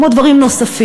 כמו דברים נוספים.